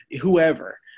whoever